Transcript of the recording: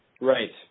Right